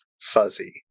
fuzzy